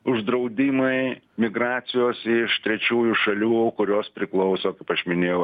uždraudimai migracijos iš trečiųjų šalių kurios priklauso kaip aš minėjau